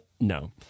no